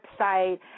website